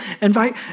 Invite